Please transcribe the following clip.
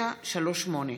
4938,